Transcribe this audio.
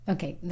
Okay